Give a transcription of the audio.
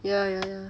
ya ya ya